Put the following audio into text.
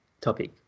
topic